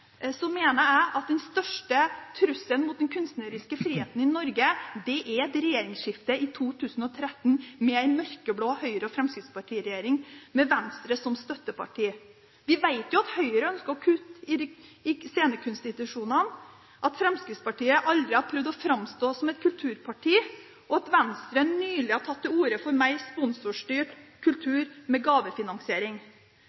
mener at den største trusselen mot den kunstneriske friheten i Norge er et regjeringsskifte i 2013, med en mørkeblå Høyre- og Fremskrittsparti-regjering og med Venstre som støtteparti. Vi vet jo at Høyre ønsker å kutte i scenekunstinstitusjonene, at Fremskrittspartiet aldri har prøvd å framstå som et kulturparti, og at Venstre nylig har tatt til orde for mer sponsorstyrt